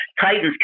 Titans